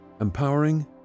Empowering